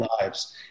lives